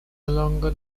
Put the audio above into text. longer